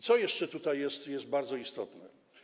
Co jeszcze tutaj jest bardzo istotne?